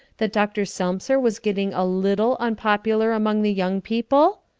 that dr. selmser was getting a little unpopular among the young people?